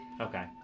Okay